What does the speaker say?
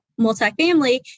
multifamily